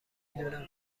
دونم